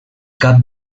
cap